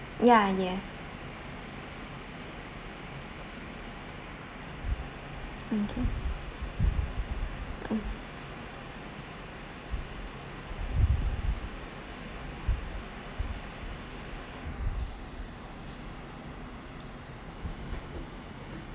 ya yes okay mm